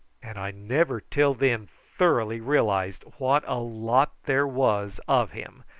and i never till then thoroughly realised what a lot there was of him,